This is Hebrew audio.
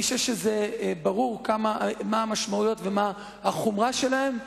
אני חושב שברור מה המשמעויות ומה החומרה שלהן.